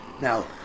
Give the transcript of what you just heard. Now